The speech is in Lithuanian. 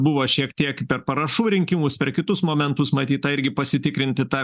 buvo šiek tiek per parašų rinkimus per kitus momentus matyt tą irgi pasitikrinti tą